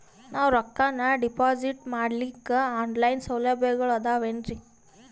ನಾವು ರೊಕ್ಕನಾ ಡಿಪಾಜಿಟ್ ಮಾಡ್ಲಿಕ್ಕ ಆನ್ ಲೈನ್ ಸೌಲಭ್ಯಗಳು ಆದಾವೇನ್ರಿ?